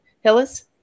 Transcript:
Hillis